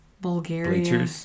Bulgaria